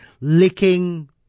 licking